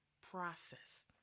process